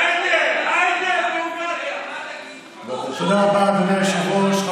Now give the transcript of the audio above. תודה רבה, אדוני היושב-ראש.